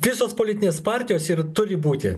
visos politinės partijos ir turi būti